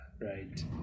right